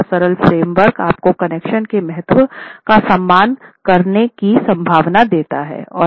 तो यह सरल फ्रेम वर्क आपको कनेक्शन के महत्व का सम्मान करने की संभावना देता है